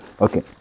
okay